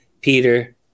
Peter